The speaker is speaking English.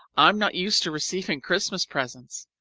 i'm not used to receiving christmas presents.